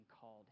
called